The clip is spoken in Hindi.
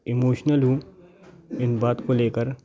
इमोशनल हूँ इस बात को ले कर